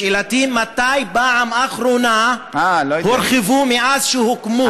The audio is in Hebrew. שאלתי, מתי בפעם האחרונה הורחבו מאז שהוקמו?